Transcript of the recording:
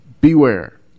Beware